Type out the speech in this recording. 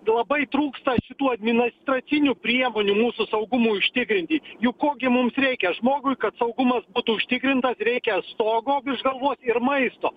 labai trūksta šitų administracinių priemonių mūsų saugumui užtikrinti juk ko gi mums reikia žmogui kad saugumas būtų užtikrintas reikia stogo virš galvos ir maisto